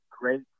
great